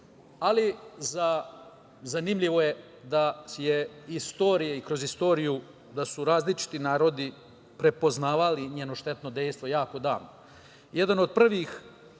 ali zanimljivo je da su kroz istoriju različiti narodi prepoznavali njeno štetno dejstvo jako davno. Jedan